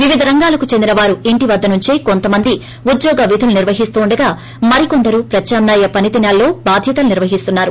వివిధ రంగాలకు చెందిన వారు ఇంటివద్ద నుంచే కొంత మంది ఉద్యోగ విధులు నిర్వహిస్తుండగా మరికొందరు ప్రత్యామ్నాయ పనిదినాల్లో బాధ్యతలు నిర్వహిస్తున్నారు